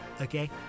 okay